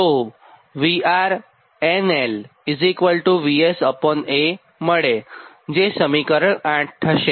તો VRNL VSA મળેજે સમીકરણ 8 થશે